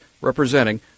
representing